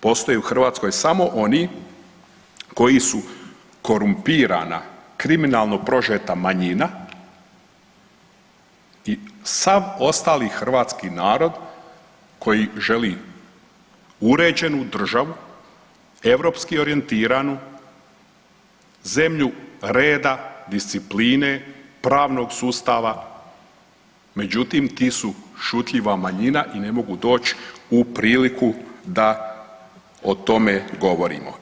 Postoje u Hrvatskoj samo oni koji su korumpirana kriminalno prožeta manjina i sav ostali hrvatski narod koji želi uređenu državu, europski orijentiranu, zemlju reda, discipline, pravnog sustava, međutim ti su šutljiva manjina i ne mogu doć u priliku da o tome govorimo.